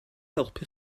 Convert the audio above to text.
helpu